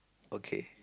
okay